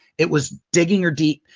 it was digging her deep.